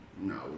No